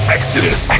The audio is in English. Exodus